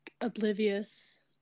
oblivious